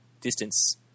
distance